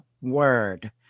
word